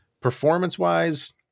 performance-wise